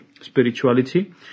spirituality